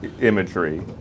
imagery